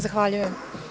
Zahvaljujem.